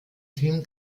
film